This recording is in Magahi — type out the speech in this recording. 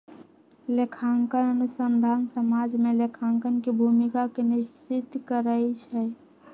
लेखांकन अनुसंधान समाज में लेखांकन के भूमिका के निश्चित करइ छै